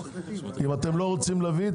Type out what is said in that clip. אם אתם לא רוצים להביא,